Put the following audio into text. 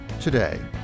today